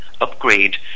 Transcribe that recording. upgrade